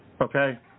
Okay